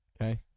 Okay